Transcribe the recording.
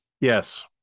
Yes